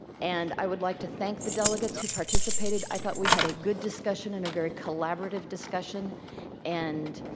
and i would like to thank the delegates who participated. i thought we had a good discussion and a very collaborative discussion and